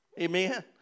Amen